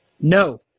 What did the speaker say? No